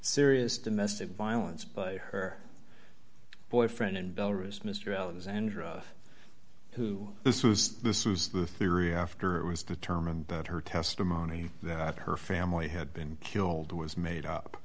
serious domestic violence by her boyfriend in bellerose mr alexandra who this was this was the theory after it was determined that her testimony that her family had been killed was made up